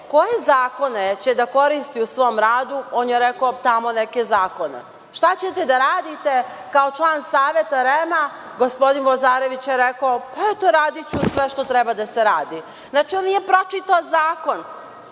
koje zakone će da koristi u svom radu, on je rekao - tamo neke zakone. Šta ćete da radite kao član Saveta REM-a? Gospodin Vozarević je rekao – pa, eto, radiću sve što treba da se radi. Znači, on nije pročitao zakon,